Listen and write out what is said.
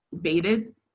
baited